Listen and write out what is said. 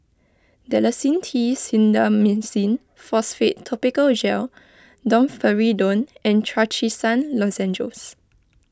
Dalacin T Clindamycin Phosphate Topical Gel Domperidone and Trachisan Lozenges